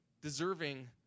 deserving